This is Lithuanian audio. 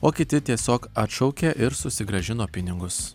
o kiti tiesiog atšaukė ir susigrąžino pinigus